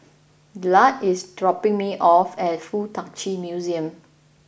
Dillard is dropping me off at Fuk Tak Chi Museum